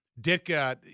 Ditka